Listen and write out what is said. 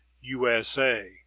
USA